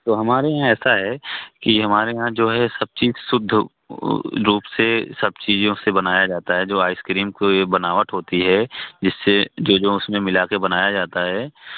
तो हमारे यहाँ ऐसा है कि हमारे यहाँ जो है सब चीज़ शुद्ध रूप से सब चीज़ों से बनाया जाता है जो आइसक्रीम की यह बनावट होती है जिससे जो जो उसमें मिलाकर बनाया जाता है